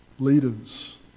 Leaders